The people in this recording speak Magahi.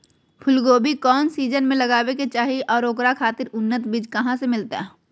फूलगोभी कौन सीजन में लगावे के चाही और ओकरा खातिर उन्नत बिज कहा से मिलते?